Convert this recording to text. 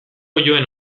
oiloen